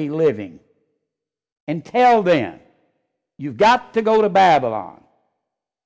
be living and tell them you've got to go to babylon